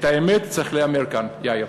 את האמת צריך לומר כאן, יאיר.